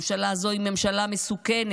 הממשלה הזו היא ממשלה מסוכנת.